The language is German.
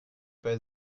bei